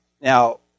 Now